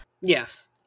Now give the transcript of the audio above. Yes